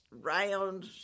round